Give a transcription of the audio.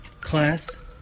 Class